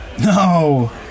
No